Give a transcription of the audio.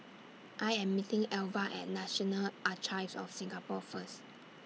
I Am meeting Alva At National Archives of Singapore First